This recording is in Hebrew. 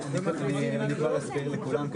אני כבר אסביר לכולם.